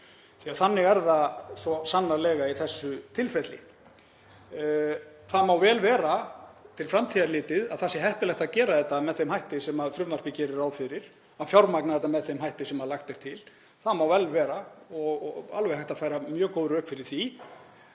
því að þannig er það svo sannarlega í þessu tilfelli. Það má vel vera til framtíðar litið að það sé heppilegt að gera þetta með þeim hætti sem frumvarpið gerir ráð fyrir, að fjármagna þetta með þeim hætti sem lagt er til. Það má vel vera og alveg hægt að færa mjög góð rök fyrir því.